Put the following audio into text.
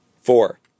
Four